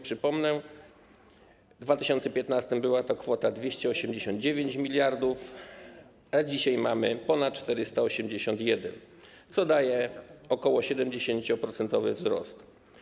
Przypomnę, że w 2015 r. była to kwota 289 mld, a dzisiaj mamy ponad 481 mld, co daje ok. 70-procentowy wzrost.